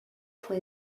fue